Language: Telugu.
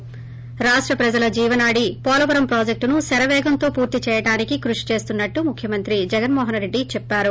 ి రాష్ట ప్రజలొజీవనాడి పోలవరం ప్రాజెక్టును శరవేగంతో పూర్తి చేయడానికి కృషి చేస్తున్నట్లు ముఖ్యమంత్రి జగన్ మోహన్ రెడ్లి చెప్పారు